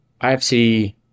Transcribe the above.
IFC